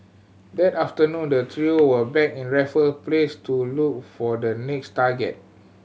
that afternoon the trio were back in Raffle Place to look for the next target